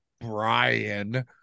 Brian